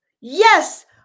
Yes